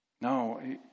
No